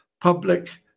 public